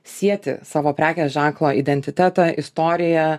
sieti savo prekės ženklo identitetą istoriją